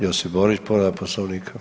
Josip Borić, povreda Poslovnika.